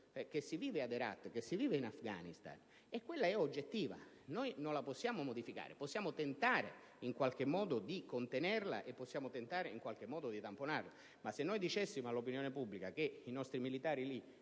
che si vive ad Herat, che si vive in Afghanistan, e quella è oggettiva; non la possiamo modificare. Possiamo tentare in qualche modo di contenerla e possiamo tentare in qualche modo di tamponarla, ma se noi dicessimo all'opinione pubblica che i nostri militari